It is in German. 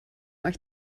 euch